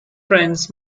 friends